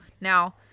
Now